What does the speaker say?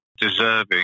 deserving